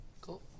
Cool